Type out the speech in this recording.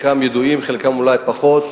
חלקם ידועים, חלקם אולי פחות,